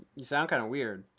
you sound kind of weird.